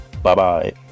Bye-bye